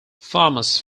farmers